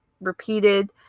repeated